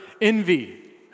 envy